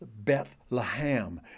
Bethlehem